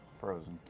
frozen.